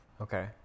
Okay